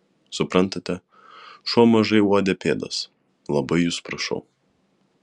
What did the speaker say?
suprantate šuo mažai uodė pėdas labai jus prašau